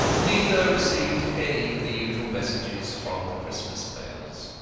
neither received any of the usual messages from the christmas bells.